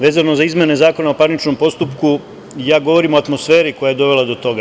Vezano za izmene Zakona o parničnom postupku, ja govorim o atmosferi koja je dovela do toga.